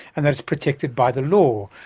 and that it's protected by the law.